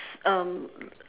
um